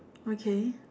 okay